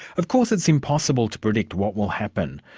of course it's impossible to predict what will happen,